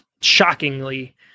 shockingly